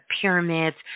pyramids